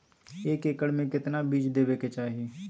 एक एकड़ मे केतना बीज देवे के चाहि?